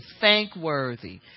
thankworthy